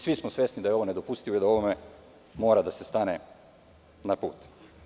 Svi smo svesni da je ovo nedopustivi i da ovome mora da se stane na put.